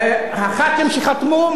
חברי הכנסת שחתמו משכו,